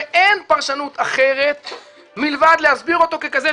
ואין פרשנות אחרת מלבד להסביר אותו ככזה,